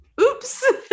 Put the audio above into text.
Oops